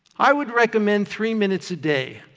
i would recommend three minutes a day.